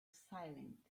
silent